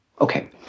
Okay